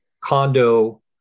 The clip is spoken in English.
condo